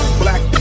black